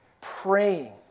praying